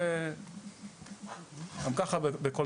זה גם ככה בכל